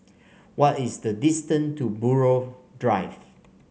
what is the distance to Buroh Drive